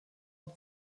und